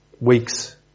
weeks